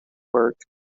work